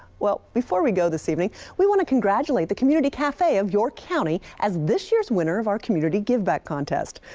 well, before we go this evening, we want to congratulate the community cafe of york county as this year's winner of our community give-back contest.